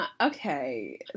Okay